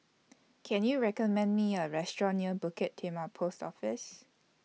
Can YOU recommend Me A Restaurant near Bukit Timah Post Office